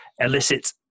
elicit